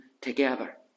together